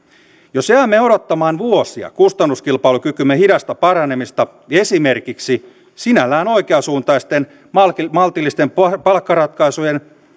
jos jäämme odottamaan vuosia kustannuskilpailukykymme hidasta paranemista esimerkiksi sinällään oikeansuuntaisten maltillisten maltillisten palkkaratkaisujen